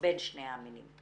בין שני העמים,